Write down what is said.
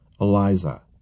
Eliza